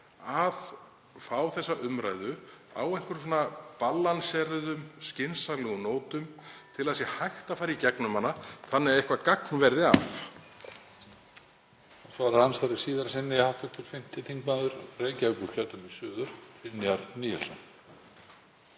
að fá þessa umræðu á einhverjum balanseruðum skynsamlegum nótum til að hægt sé að fara í gegnum hana þannig að eitthvert gagn verði af.